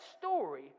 story